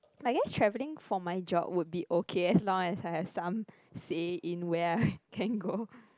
I guess travelling for my job would be okay as long as I have some say in where I can go